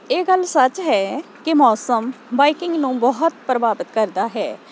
ਇਹ ਗੱਲ ਸੱਚ ਹੈ ਕਿ ਮੌਸਮ ਬਾਈਕਿੰਗ ਨੂੰ ਬਹੁਤ ਪ੍ਰਭਾਵਿਤ ਕਰਦਾ ਹੈ